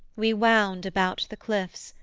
we wound about the cliffs,